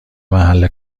محل